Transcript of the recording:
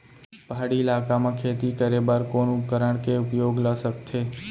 पहाड़ी इलाका म खेती करें बर कोन उपकरण के उपयोग ल सकथे?